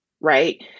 right